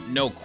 no